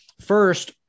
first